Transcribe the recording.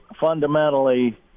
fundamentally –